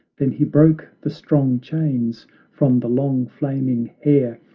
then he broke the strong chains from the long, flaming hair,